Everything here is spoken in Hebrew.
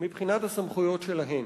מבחינת הסמכויות שלהם.